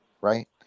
right